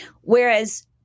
whereas